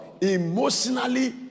emotionally